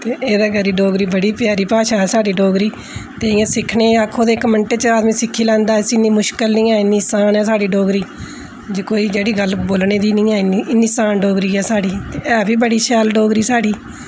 ते एह्दे करी डोगरी बड़ी प्यारी भाशा ऐ साढ़ी डोगरी ते इ'यां सिक्खनै ई आक्खो ते इक मिंटै च आदमी सिक्खी लैंदा इसी इन्नी मुश्किल नेईं ऐ इन्नी आसान ऐ साढ़ी डोगरी जे कोई जेह्ड़ी गल्ल बोलने दी नेईं ऐ इन्नी आसान डोगरी ऐ साढ़ी है बी बड़ी शैल डोगरी साढ़ी